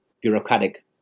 bureaucratic